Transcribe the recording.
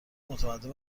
متمدن